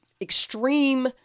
extreme